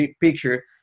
picture